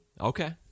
Okay